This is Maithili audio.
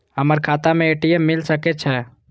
हमर खाता में ए.टी.एम मिल सके छै?